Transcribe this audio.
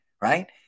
right